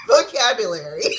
vocabulary